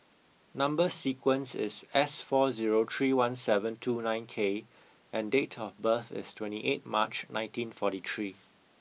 number sequence is S four zero three one seven two nine K and date of birth is twenty eight March nineteen forty three